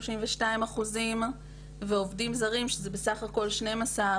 כ-32% ועובדים זרים שזה בסך הכל 12%